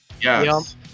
Yes